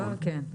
כן.